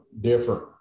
different